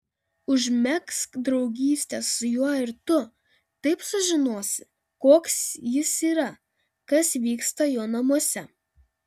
užmegzk draugystę su juo ir tu taip sužinosi koks jis yra kas vyksta jo namuose